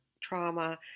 trauma